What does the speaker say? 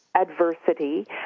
adversity